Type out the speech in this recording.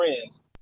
friends